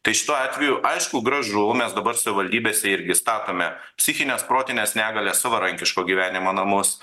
tai šituo atveju aišku gražu mes dabar savivaldybėse irgi statome psichines protines negalias savarankiško gyvenimo namus